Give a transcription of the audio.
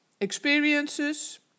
experiences